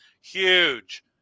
Huge